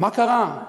מה קרה?